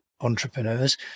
entrepreneurs